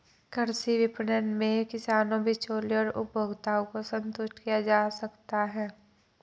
कृषि विपणन में किसानों, बिचौलियों और उपभोक्ताओं को संतुष्ट किया जा सकता है